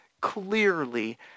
clearly